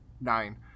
Nine